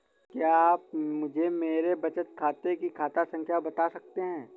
क्या आप मुझे मेरे बचत खाते की खाता संख्या बता सकते हैं?